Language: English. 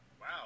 Wow